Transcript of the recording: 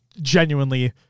genuinely